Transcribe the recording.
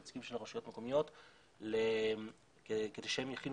נציגים של רשויות מקומיות כדי שהם יכינו